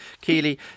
Keely